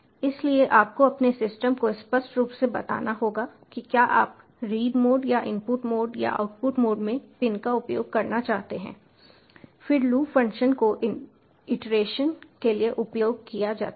इसलिए आपको अपने सिस्टम को स्पष्ट रूप से बताना होगा कि क्या आप रीड मोड या इनपुट मोड या आउटपुट मोड में पिन का उपयोग करना चाहते हैं फिर लूप फ़ंक्शन को इटरेशन के लिए उपयोग किया जाता है